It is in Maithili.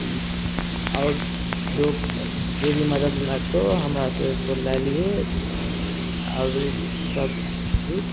आओर जो जे भी मदद लागतौ हमरासँ तोँ लए लिहेँ आओर सब ठीक